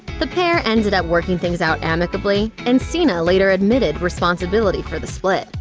the pair ended up working things out amicably, and cena later admitted responsibility for the split,